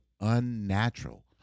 unnatural